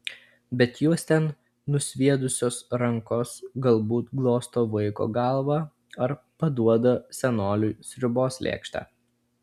bet juos ten nusviedusios rankos galbūt glosto vaiko galvą ar paduoda senoliui sriubos lėkštę